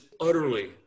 utterly